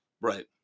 Right